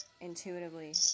intuitively